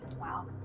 Wow